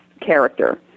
character